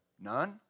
none